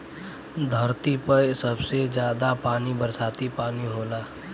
धरती पे सबसे जादा पानी बरसाती पानी होला